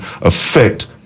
affect